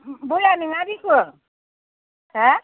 बया नङा दिख' हो